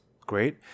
great